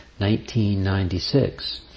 1996